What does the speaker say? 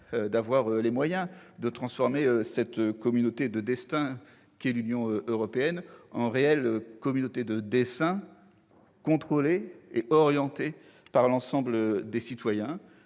nous permettra de transformer cette communauté de destin qu'est l'Union européenne en une réelle communauté de desseins, contrôlés et orientés par l'ensemble des citoyens,